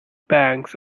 banks